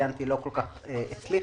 שלא כל כך הצליחה,